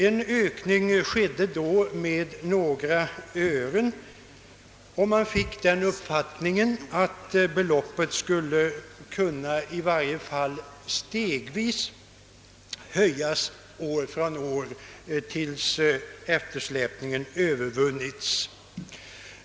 Ersättningen höjdes då med några öre, och man fick uppfattningen att beloppet stegvis skulle höjas tills eftersläpningen hade övervunnits.